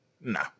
No